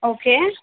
okay